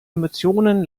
emotionen